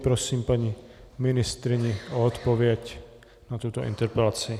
Prosím paní ministryni o odpověď na tuto interpelaci.